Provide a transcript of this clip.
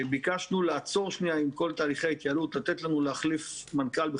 ביקשנו לעצור שנייה עם כל תהליכי ההתייעלות ולתת לנו להחליף מנכ"ל.